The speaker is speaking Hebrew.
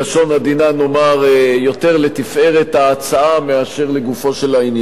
עדינה יותר לתפארת ההצעה מאשר לגופו של העניין.